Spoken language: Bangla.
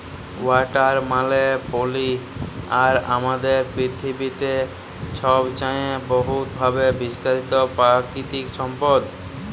ওয়াটার মালে পালি আর আমাদের পিথিবীতে ছবচাঁয়ে বহুতভাবে বিস্তারিত পাকিতিক সম্পদ